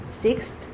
Sixth